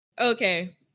Okay